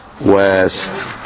west